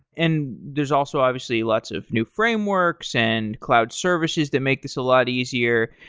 and there's also, obviously, lots of new frameworks, and cloud services that make this a lot easier,